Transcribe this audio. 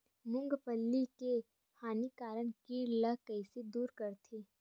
मूंगफली के हानिकारक कीट ला कइसे दूर करथे?